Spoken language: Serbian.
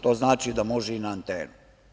To znači da može i na antenu.